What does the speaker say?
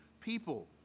people